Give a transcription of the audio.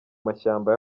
mashyamba